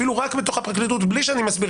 אפילו רק בתוך הפרקליטות בלי שאני מסביר